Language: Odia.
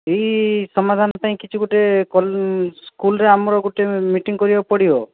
ଏଇ ସମାଧାନ ପାଇଁ କିଛି ଗୋଟେ ସ୍କୁଲ୍ରେ ଆମର ଗୋଟେ ମିଟିଙ୍ଗ୍ କରିବାକୁ ପଡ଼ିବ